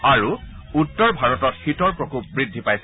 আৰু উত্তৰ ভাৰতত শীতৰ প্ৰকোপ বৃদ্ধি পাইছে